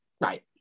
right